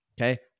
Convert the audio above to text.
Okay